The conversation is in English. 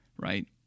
right